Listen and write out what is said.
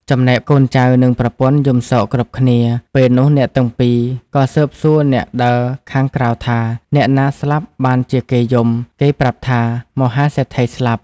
ចំណែកកូនចៅនិងប្រពន្ធយំសោកគ្រប់គ្នា ពេលនោះអ្នកទាំងពីរក៏ស៊ើបសួរអ្នកដើរខាងក្រៅថា “អ្នកណាស្លាប់បានជាគេយំ?”គេប្រាប់ថា “មហាសេដ្ឋីស្លាប់។